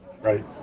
Right